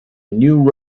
new